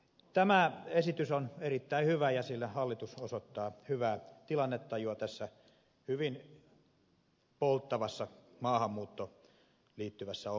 tämä esitys on erittäin hyvä ja sillä hallitus osoittaa hyvää tilannetajua tässä hyvin polttavassa maahanmuuttoon liittyvässä ongelmassa